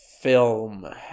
film